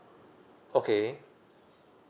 okay